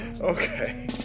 Okay